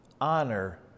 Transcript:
Honor